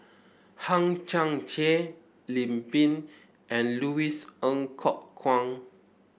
Hang Chang Chieh Lim Pin and Louis Ng Kok Kwang